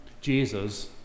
Jesus